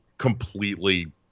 completely